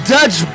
Dutch